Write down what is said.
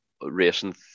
racing